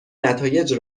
نتایج